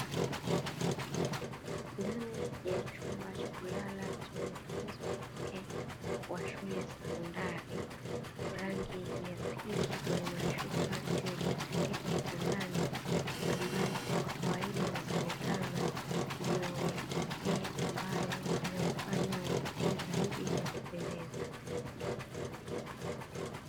Ndani ya chumba cha kulala cha wanafunzi wa kike wa shule ya sekondari, rangi ya pinki kwenye mashuka ndiyo iliyotandikwa kitandani, ambayo kwa kawaida inasemekana ndiyo ya kike ambayo inawafanya wavutie zaidi na kupendeza.